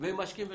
ומשקיעים,